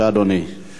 הנני מתכבד להודיע,